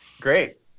Great